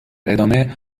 ادامه